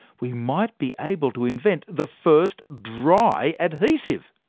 we might be able to invent the first dry adhesive.